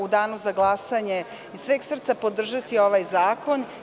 U Danu za glasanje, SNS će iz sveg srca podržati ovaj zakon.